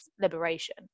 liberation